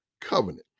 covenant